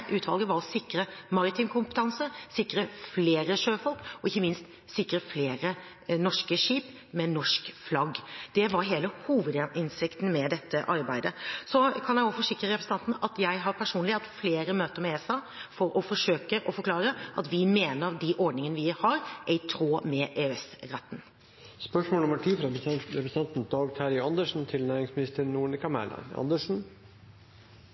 utvalget var å sikre maritim kompetanse, sikre flere sjøfolk og ikke minst sikre flere norske skip med norsk flagg. Det var hele hovedhensikten med dette arbeidet. Så kan jeg også forsikre representanten om at jeg har personlig hatt flere møter med ESA for å forsøke å forklare at vi mener de ordningene vi har, er i tråd med EØS-retten. Jeg tillater meg å stille følgende spørsmål til næringsministeren: «I forslag til